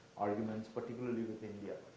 arguments, particularly with india.